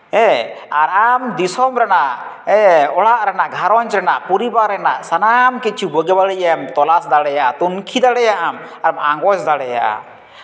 ᱟᱨ ᱟᱢ ᱫᱤᱥᱚᱢ ᱨᱮᱱᱟᱜ ᱦᱮᱸ ᱚᱲᱟᱜ ᱨᱮᱱᱟᱜ ᱜᱷᱟᱨᱚᱸᱡᱽ ᱨᱮᱱᱟᱜ ᱯᱚᱨᱤᱵᱟᱨ ᱨᱮᱱᱟᱜ ᱥᱟᱱᱟᱢ ᱠᱤᱪᱷᱩ ᱵᱩᱜᱤ ᱵᱟᱹᱲᱤᱡ ᱮᱢ ᱛᱚᱞᱟᱥ ᱫᱟᱲᱮᱭᱟᱜᱼᱟ ᱛᱩᱱᱠᱷᱤ ᱫᱟᱲᱮᱭᱟᱜ ᱟᱢ ᱟᱨ ᱟᱸᱜᱚᱪ ᱫᱟᱲᱮᱭᱟᱜᱼᱟᱢ